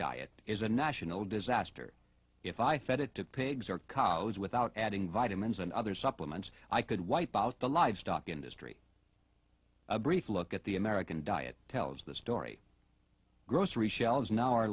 diet is a national disaster if i fed it to pigs or cars without adding vitamins and other supplements i could wipe out the livestock industry a brief look at the american diet tells the story grocery shelves